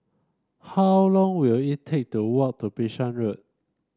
how long will it take to walk to Bishan Road